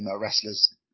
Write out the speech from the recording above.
wrestlers